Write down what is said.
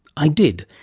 i did,